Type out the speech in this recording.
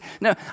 No